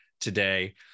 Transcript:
today